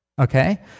Okay